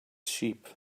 sheep